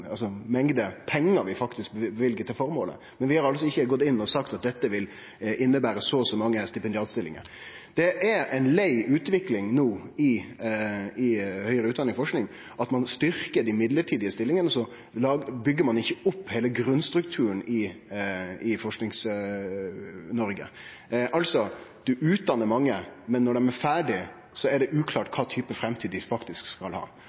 pengar vi faktisk løyver til formålet. Men vi har altså ikkje gått inn og sagt at dette vil innebere så og så mange stipendiatstillingar. Det er ei lei utvikling no i høgare utdanning og forsking at ein styrkjer dei mellombelse stillingane og så byggjer ein ikkje opp grunnstrukturen i Forskings-Noreg – ein utdannar mange, men når dei er ferdige, er det uklart kva type framtid dei faktisk skal ha.